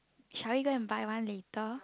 shall we go and buy one later